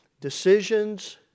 Decisions